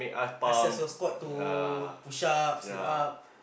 access your score to push ups sit up